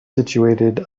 situated